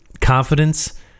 confidence